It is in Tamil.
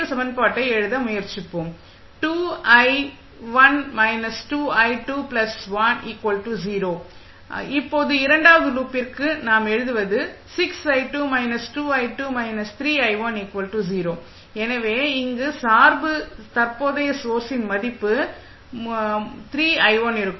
எல் சமன்பாட்டை எழுத முயற்சிப்போம் இப்போது இரண்டாவது லூப்பிற்கு நாம் எழுதுவது எனவே இங்கே சார்பு தற்போதைய சோர்ஸின் மதிப்பு இருக்கும்